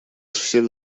всех